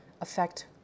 affect